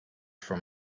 from